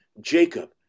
Jacob